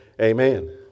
Amen